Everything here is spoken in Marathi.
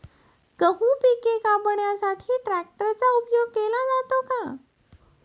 गहू पिके कापण्यासाठी ट्रॅक्टरचा उपयोग केला जातो का?